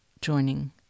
joining